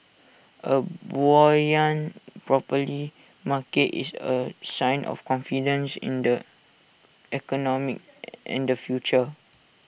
A buoyant property market is A sign of confidence in the economy and the future